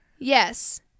Yes